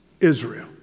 Israel